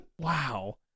Wow